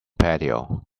patio